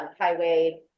highway